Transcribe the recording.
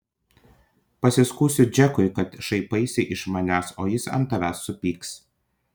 pasiskųsiu džekui kad šaipaisi iš manęs o jis ant tavęs supyks